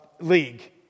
league